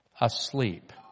asleep